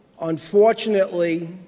Unfortunately